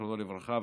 זיכרונו לברכה,